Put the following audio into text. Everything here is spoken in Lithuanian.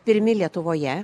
pirmi lietuvoje